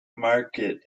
market